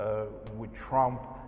would trump